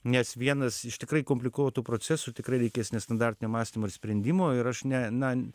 nes vienas iš tikrai komplikuotų procesų tikrai reikės nestandartinio mąstymo ir sprendimų ir aš ne na